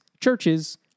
churches